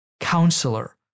Counselor